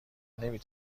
نمی